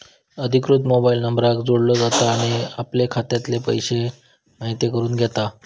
अधिकृत मोबाईल नंबराक जोडलो जाता आणि आपले खात्यातले पैशे म्हायती करून घेता